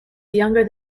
younger